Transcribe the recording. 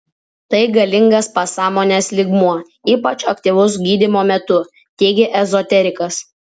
tai galingas pasąmonės lygmuo ypač aktyvus gydymo metu teigia ezoterikas